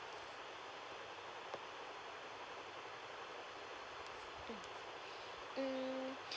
mm